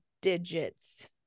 digits